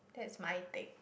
that's my thing